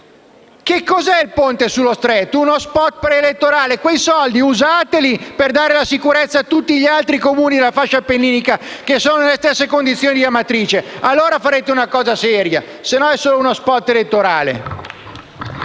Cosa è il ponte sullo Stretto se non uno *spot* preelettorale? Usate quei soldi per dare sicurezza a tutti gli altri Comuni della fascia appenninica che sono nelle stesse condizioni di Amatrice. Allora farete una cosa seria, altrimenti è solo uno *spot* elettorale.